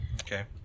Okay